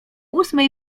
ósmej